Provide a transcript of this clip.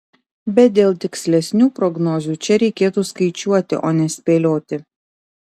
bet dėl tikslesnių prognozių čia reikėtų skaičiuoti o ne spėlioti